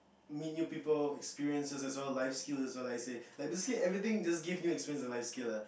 meet new people experiences as well life skill as well like let's say basically everything gives you experiences to life skill lah